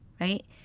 right